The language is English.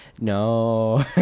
no